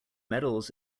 medals